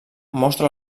mostra